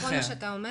זה נכון מה שאתה אומר,